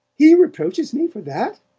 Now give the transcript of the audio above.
he reproaches me for that?